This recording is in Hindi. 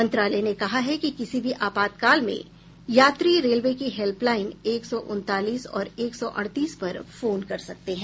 मंत्रालय ने कहा है कि किसी भी आपातकाल में यात्री रेलवे की हेल्पलाइन एक सौ उनतालीस और एक सौ अड़तीस पर फोन कर सकते हैं